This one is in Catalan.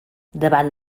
davant